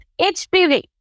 HPV